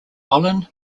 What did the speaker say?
olin